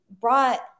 brought